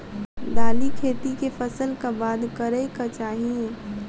दालि खेती केँ फसल कऽ बाद करै कऽ चाहि?